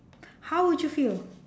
how would you feel